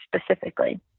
specifically